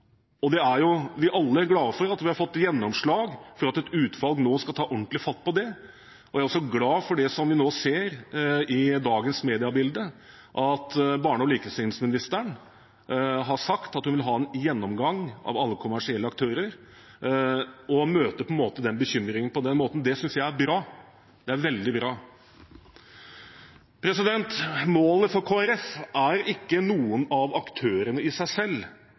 er jo alle glade for at vi har fått gjennomslag for at et utvalg nå skal ta ordentlig fatt på det, og jeg er også glad for det som vi nå ser i dagens mediebilde, at barne- og likestillingsministeren har sagt at hun vil ha en gjennomgang av alle kommersielle aktører, og møter den bekymringen på den måten. Det synes jeg er bra, det er veldig bra. Målet for Kristelig Folkeparti er ikke noen av aktørene i seg selv,